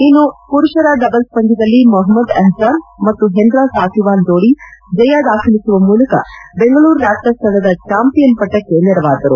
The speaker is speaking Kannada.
ಇನ್ನು ಪುರುಷರ ಡಬಲ್ಲ್ ಪಂದ್ಯದಲ್ಲಿ ಮೊಹ್ಮದ್ ಅಹ್ವಾನ್ ಮತ್ತು ಹೆಂಡ್ರಾ ಸಾತಿವಾನ್ ಜೋಡಿ ಜಯ ದಾಖಲಿಸುವ ಮೂಲಕ ಬೆಂಗಳೂರು ರ್ಯಾಪ್ವರ್ಸ್ ತಂಡದ ಚಾಂಪಿಯನ್ ಪಟ್ಟಕ್ಕೆ ನೆರವಾದರು